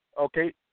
Okay